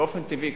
באופן טבעי,